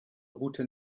route